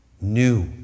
new